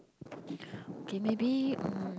okay maybe um